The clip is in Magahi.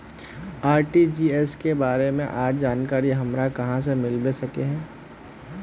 आर.टी.जी.एस के बारे में आर जानकारी हमरा कहाँ से मिलबे सके है?